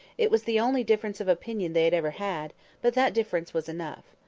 it was the only difference of opinion they had ever had but that difference was enough.